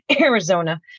Arizona